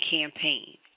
campaign